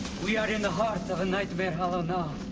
we are in the heart of nightmare hollow now.